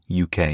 UK